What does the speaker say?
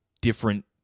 different